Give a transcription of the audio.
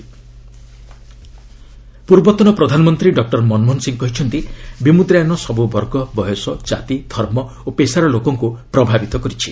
demonetisation Manmohan ପୂର୍ବତନ ପ୍ରଧାନମନ୍ତ୍ରୀ doctor Manmohan Singh କହିଛନ୍ତି ବିମୁଦ୍ରାୟନ ସବୁ ବର୍ଗ ବୟସ ଜାତି ଧର୍ମ ଓ ପେସାର ଲୋକଙ୍କୁ ପ୍ରଭାବିତ କରିଛି